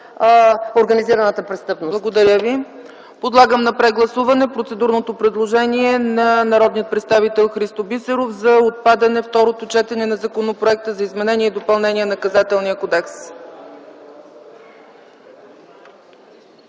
ЦЕЦКА ЦАЧЕВА: Благодаря Ви. Подлагам на прегласуване процедурното предложение на народния представител Христо Бисеров за отпадане второто четене на Законопроекта за изменение и допълнение на Наказателния кодекс.